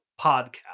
podcast